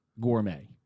gourmet